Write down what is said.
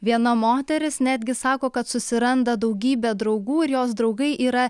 viena moteris netgi sako kad susiranda daugybę draugų ir jos draugai yra